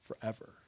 forever